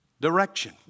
Direction